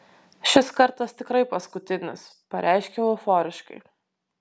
šis kartas tikrai paskutinis pareiškiau euforiškai